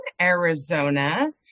Arizona